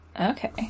Okay